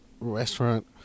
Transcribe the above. restaurant